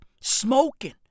smoking